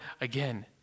again